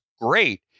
great